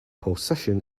possession